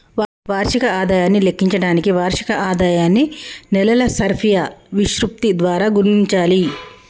వార్షిక ఆదాయాన్ని లెక్కించడానికి వార్షిక ఆదాయాన్ని నెలల సర్ఫియా విశృప్తి ద్వారా గుణించాలి